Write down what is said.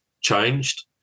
changed